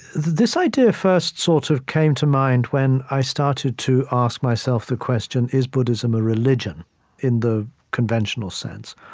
this idea first sort of came to mind when i started to ask myself the question is buddhism a religion in the conventional sense?